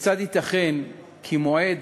כיצד ייתכן כי מועד